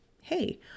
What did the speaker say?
Hey